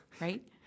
right